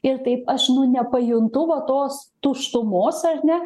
ir taip aš nu nepajuntu va tos tuštumos ar ne